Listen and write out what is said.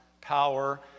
power